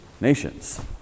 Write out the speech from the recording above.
Nations